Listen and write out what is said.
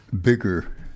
bigger